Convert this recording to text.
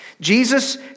Jesus